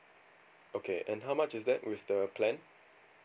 okay and how much is that with the plan